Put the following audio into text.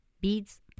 beads